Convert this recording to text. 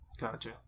gotcha